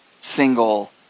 single